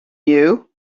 you